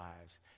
lives